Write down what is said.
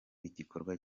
igikorwa